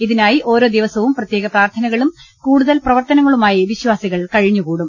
ഇതിനായി ഓരോ ദിവസവും പ്രത്യേക പ്രാർത്ഥനകളും കൂടു തൽ പ്രവർത്ത ന ങ്ങ ളു മായി വിശ്ചാ സി കൾ കഴിഞ്ഞുകൂടും